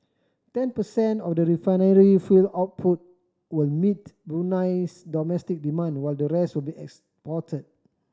ten percent of the refinery fuel output will meet Brunei's domestic demand while the rest will be exported